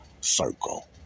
circle